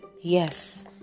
Yes